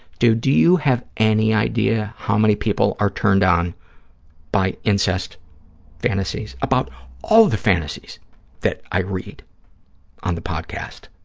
dude, do you have any idea how many people are turned on by incest fantasies, about all the fantasies that i read on the podcast?